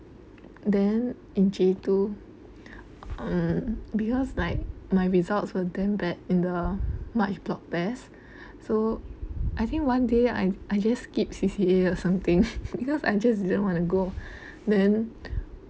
then in J two um because like my results were damn bad in the march block test so I think one day I I just skip C_C_A or something because I just don't want to go then